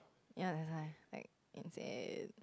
ya that's why insane